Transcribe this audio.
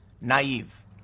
naive